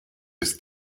ist